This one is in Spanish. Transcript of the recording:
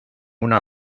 una